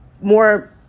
more